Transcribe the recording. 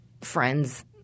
friend's